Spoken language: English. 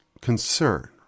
concern